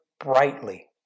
Brightly